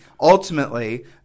ultimately